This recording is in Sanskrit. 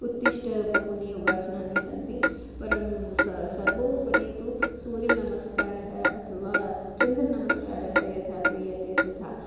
उत्तिष्ठ बहूनि योगासनानि सन्ति परं स सर्वोपरि तु सूर्यनमस्कारः अथवा चन्द्रनमस्कारः यथा क्रियते तथा